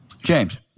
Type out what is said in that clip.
James